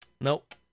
Nope